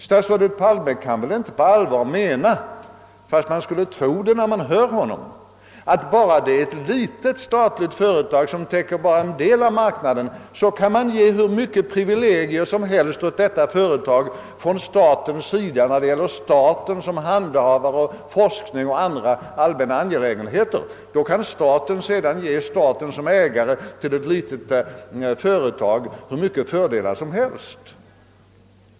Statsrådet Palme kan väl inte på allvar mena — fastän man skulle tro det när man hör honom — att om bara det statliga företaget är ett litet företag som täcker endast en del av marknaden, så kan staten som handhavare av forskning och andra allmänna angelägenheter ge detta statliga företag hur mycket privilegier som helst.